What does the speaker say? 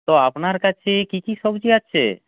তো আপনার কাছে কী কী সবজি আছে